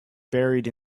buried